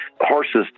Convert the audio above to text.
horses